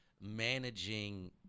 managing